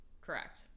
Correct